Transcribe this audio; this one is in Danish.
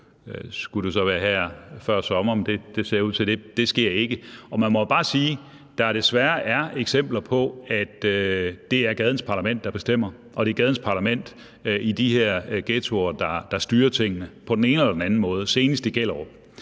skulle det så være her før sommer, men det ser ud til, at det ikke sker. Man må bare sige, at der desværre er eksempler på, at det er gadens parlament, der bestemmer, og at det er gadens parlament i de her ghettoer, senest i Gellerup, der styrer tingene på den ene eller anden måde. Så